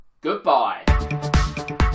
goodbye